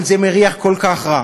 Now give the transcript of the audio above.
אבל זה מריח כל כך רע.